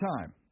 time